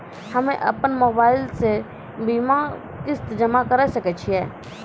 हम्मे अपन मोबाइल से बीमा किस्त जमा करें सकय छियै?